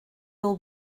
will